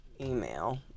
email